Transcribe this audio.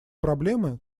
проблемы